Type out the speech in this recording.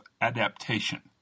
adaptation